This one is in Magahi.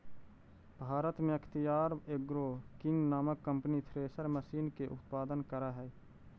भारत में अख्तियार एग्रो किंग नामक कम्पनी थ्रेसर मशीन के उत्पादन करऽ हई